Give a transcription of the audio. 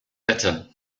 better